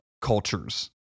cultures